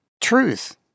Truth